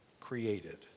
created